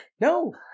No